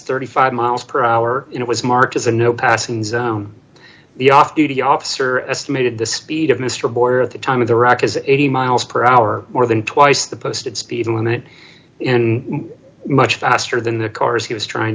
thirty five miles per hour it was marked as a no passenger on the off duty officer estimated the speed of mister border at the time of the rock is eighty miles per hour more than twice the posted speed limit and much faster than the cars he was trying